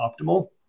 optimal